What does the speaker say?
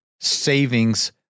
savings